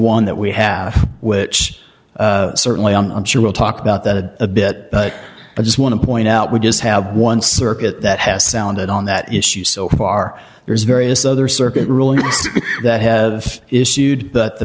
one that we have which certainly i'm sure will talk about that a bit but i just want to point out we just have one circuit that has sounded on that issue so far there's various other circuit rulings that have issued but the